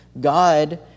God